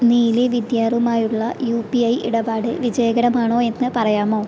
നീലി വിദ്യാറും ആയുള്ള U P I ഇടപാട് വിജയകരമാണോ എന്ന് പറയാമോ